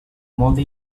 molta